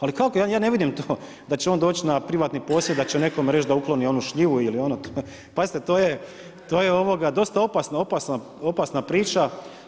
Ali kako, ja ne vidim to da će on doći na privatni posjed da će nekome reći da ukloni onu šljivu ili ono, pazite to je dosta opasna priča.